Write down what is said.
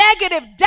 negative